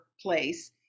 place